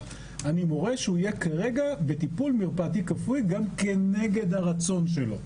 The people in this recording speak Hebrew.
אני מורה שהוא יהיה כרגע בטיפול מרפאתי כפוי גם כנגד הרצון שלו.